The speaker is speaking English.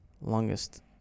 Longest